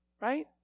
right